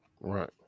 Right